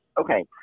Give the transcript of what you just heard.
Okay